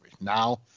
now